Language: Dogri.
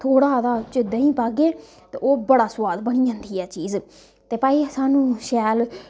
थोह्ड़ा ओह्दे च देहीं पाह्गे ते ओह् बड़ा सोआद बनी जंदी ऐ चीज़ ते भाई स्हानू शैल